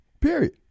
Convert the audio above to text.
Period